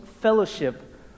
fellowship